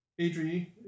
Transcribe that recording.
Adri